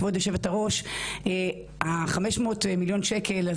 כבוד יושבת הראש - ה-500 מיליון שקל.